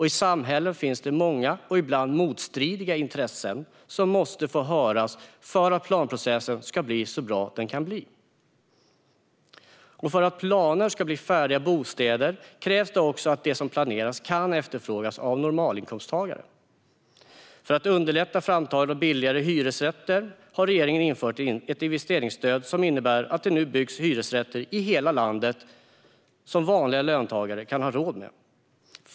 I samhällen finns det många och ibland motstridiga intressen som måste få höras för att planprocessen ska bli så bra som den kan bli. För att planer ska bli färdiga bostäder krävs också att det som planeras kan efterfrågas av normalinkomsttagare. För att underlätta framtagandet av billigare hyresrätter har regeringen infört ett investeringsstöd, som innebär att det nu byggs hyresrätter i hela landet som vanliga löntagare kan ha råd med.